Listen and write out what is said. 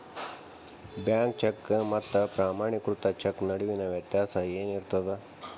Bank cheque ಮತ್ತ ಪ್ರಮಾಣೇಕೃತ cheque ನಡುವಿನ್ ವ್ಯತ್ಯಾಸ ಏನಿರ್ತದ?